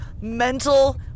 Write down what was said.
mental